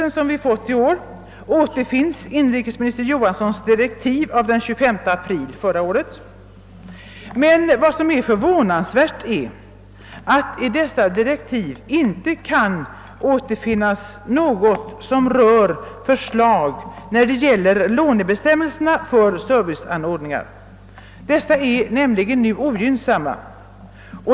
I årets riksdagsberättelse återfinnes inrikesminister Johanssons direktiv av den 25 april 1967, men förvånande nog sägs det i dem ingenting om något förslag till lånebestämmelser för serviceanordningar, vilka nu är ogynnsamma.